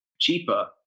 cheaper